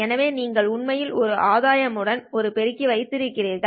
எனவே நீங்கள் உண்மையில் ஒரு ஆதாயம் உடன் ஒரு பெருக்கி வைத்திருக்கிறீர்கள்